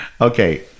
Okay